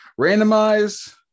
Randomize